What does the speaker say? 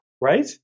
Right